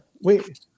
wait